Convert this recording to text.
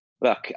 Look